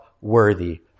worthy